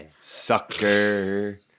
Sucker